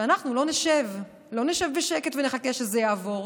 ואנחנו לא נשב בשקט ונחכה שזה יעבור,